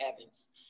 Evans